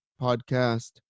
podcast